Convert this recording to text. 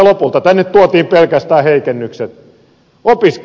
lopulta tänne tuotiin pelkästään heikennykset